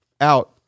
out